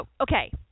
okay